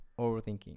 overthinking